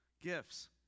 gifts